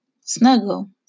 snuggle